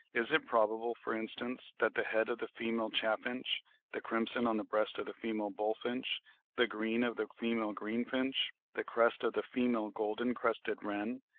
is it probable, for instance, that the head of the female chaffinch the crimson on the breast of the female bullfinch the green of the female greenfinch the crest of the female golden-crested wren,